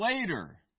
later